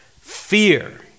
Fear